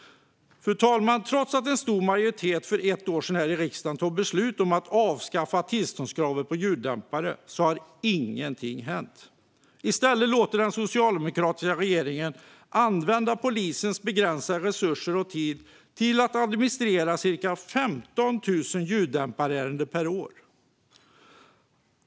Fru talman! Trots att en stor majoritet för ett år sedan här i riksdagen fattade beslut om att avskaffa tillståndskravet för ljuddämpare har ingenting hänt. I stället använder den socialdemokratiska regeringen polisens begränsade resurser och tid till att administrera ca 15 000 ljuddämparärenden per år.